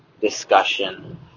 discussion